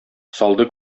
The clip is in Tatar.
салды